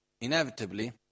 inevitably